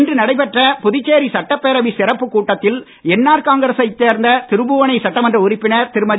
இன்று நடைபெற்ற புதுச்சேரி சட்டப்பேரவை சிறப்புக் கூட்டத்தில் என்ஆர் காங்கிரசைச் சேர்ந்த திருபுவனை சட்டமன்ற உறுப்பினர் திருமதி